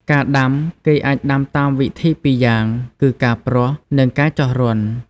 ការដាំ គេអាចដាំតាមវិធីពីរយ៉ាងគឺ ការព្រោះ និងការចោះរន្ធ។